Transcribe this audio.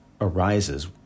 arises